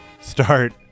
start